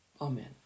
Amen